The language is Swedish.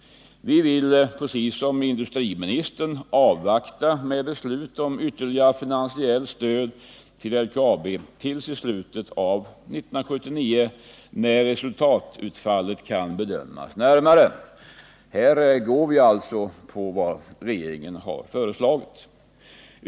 Vi vill liksom industriministern vänta med ett beslut om ytterligare finansiellt stöd till LKAB till i slutet av år 1979, då resultatutfallet bättre kan bedömas.